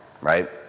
right